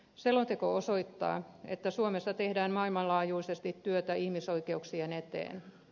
selonteko osoittaa että suomessa tehdään maailmanlaajuisesti työtä ihmisoikeuksien eteen